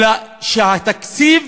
שהתקציב